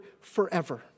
forever